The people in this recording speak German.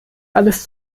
alles